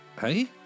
Hey